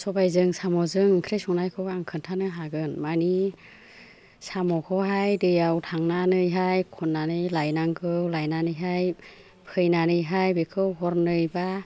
सबाइजों साम'जों ओंख्रि संनायखौ आं खोनथानो हागोन मानि साम'खौहाय दैयाव थांनानैहाय खननानै लायनांगौ लायनानैहाय फैनानैहाय बेखौ हरनै बा